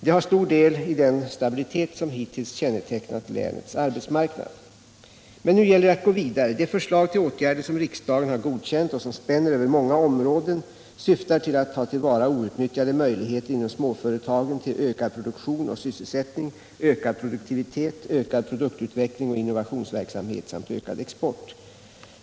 De har stor del i den stabilitet som hittills kännetecknat länets arbetsmarknad. Men nu gäller det att gå vidare. De förslag till åtgärder som riksdagen har godkänt och som spänner över många områden syftar till att ta till vara outnyttjade möjligheter inom småföretagen till ökad produktion och sysselsättning, ökad produktivitet, ökad produktutveckling och innovationsverk samhet samt ökad export.